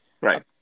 right